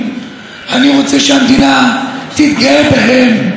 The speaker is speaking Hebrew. נמאס מסיפורי המעשיות ומהקריצות.